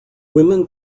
women